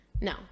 No